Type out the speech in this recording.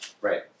Right